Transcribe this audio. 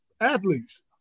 athletes